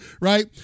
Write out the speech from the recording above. Right